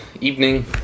evening